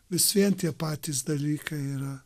vis vien tie patys dalykai yra